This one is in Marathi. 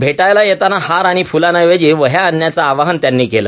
भेटायला येताना हार आणि फ्लांएवजी वहया आणण्याचं आवाहन त्यांनी केलं